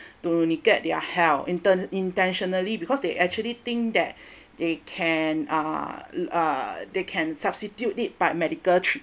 to neglect their health intern~ intentionally because they actually think that they can uh uh they can substitute it by medical treatment